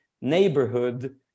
neighborhood